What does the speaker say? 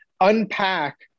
unpack